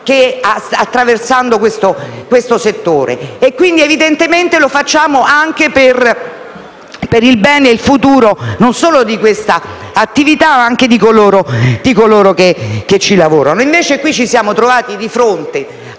sta attraversando questo settore e pertanto, evidentemente, lo facciamo anche per il bene e il futuro non solo di quest'attività, ma anche di coloro che ci lavorano. Ci siamo invece trovati di fronte